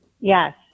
yes